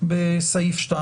בסעיף (2)